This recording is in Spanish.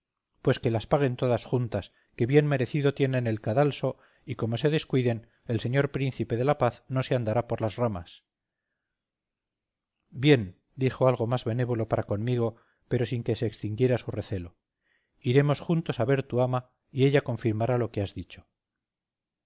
pues que las paguen todas juntas que bien merecido tienen el cadalso y como se descuiden el señor príncipe de la paz no se andará por las ramas bien dijo algo más benévolo para conmigo pero sin que se extinguiera su recelo iremos juntos a ver a tu ama y ella confirmará lo que has dicho